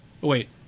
Wait